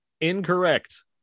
Incorrect